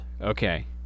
Okay